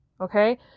Okay